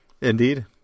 Indeed